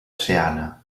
seana